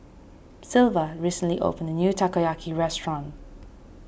Sylva recently opened a new Takoyaki restaurant